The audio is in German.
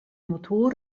motor